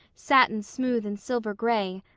satin smooth and silver gray,